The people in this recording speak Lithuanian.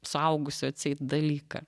suaugusių atseit dalyką